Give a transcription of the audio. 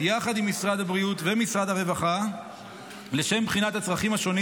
יחד עם משרד הבריאות ומשרד הרווחה לשם בחינת הצרכים השונים